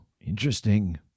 interesting